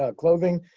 ah clothing.